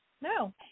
No